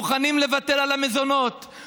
מוכנים לוותר על המזונות,